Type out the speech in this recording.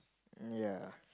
ya